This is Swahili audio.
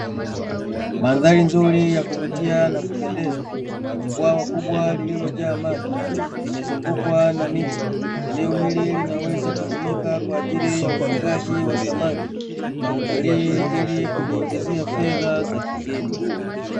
Mandhari nzuri ya kuvutia na kupendeza, yenye bwawa kubwa lililojaa maji, limezungukwa na miti. Eneo hili linaweza kutumika kwa ajili ya ufugaji wa samaki na utalii, ili kujiingizia fedha za kigeni.